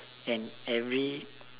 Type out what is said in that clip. and every